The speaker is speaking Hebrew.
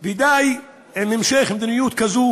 ודי עם המשך מדיניות כזאת